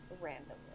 randomly